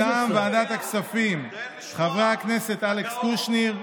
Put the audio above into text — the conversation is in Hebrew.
מטעם ועדת הכספים, חברי הכנסת אלכס קושניר,